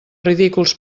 ridículs